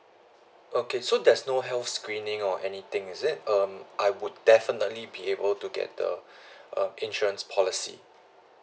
okay so there's no health screening or anything is it um I would definitely be able to get the um insurance policy